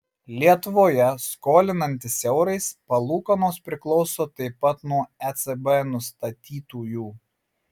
lietuvoje skolinantis eurais palūkanos priklauso taip pat nuo ecb nustatytųjų